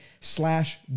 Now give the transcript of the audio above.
slash